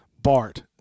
Bart